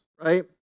right